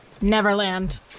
Neverland